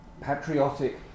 patriotic